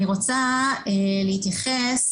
אני רוצה להתייחס